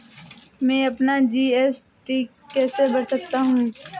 मैं अपना जी.एस.टी कैसे भर सकता हूँ?